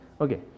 Okay